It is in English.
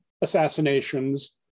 assassinations